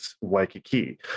Waikiki